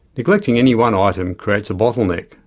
neglecting any one item creates a bottleneck,